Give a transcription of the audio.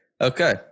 Okay